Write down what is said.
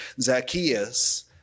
Zacchaeus